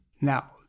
Now